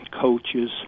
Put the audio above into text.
coaches